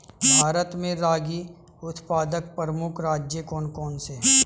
भारत में रागी उत्पादक प्रमुख राज्य कौन कौन से हैं?